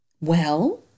Well